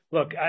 Look